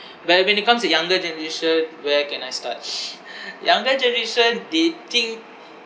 but when it comes to younger generation where can I start younger generation they think